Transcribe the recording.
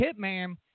hitman